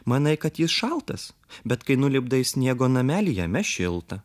manai kad jis šaltas bet kai nulipdai sniego namelį jame šilta